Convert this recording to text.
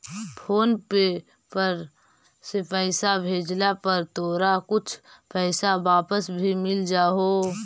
phone पे पर से पईसा भेजला पर तोरा कुछ पईसा वापस भी मिल जा हो